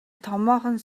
томоохон